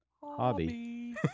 Hobby